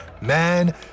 man